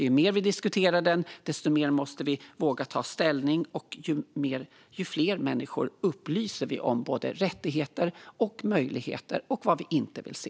Ju mer vi diskuterar dem, desto mer måste vi våga ta ställning och desto fler människor upplyser vi såväl om rättigheter och möjligheter som om sådant vi inte vill se.